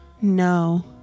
No